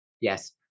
Yes